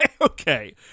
Okay